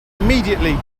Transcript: immediately